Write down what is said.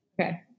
okay